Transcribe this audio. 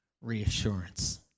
reassurance